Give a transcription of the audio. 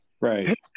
Right